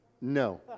no